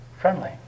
friendly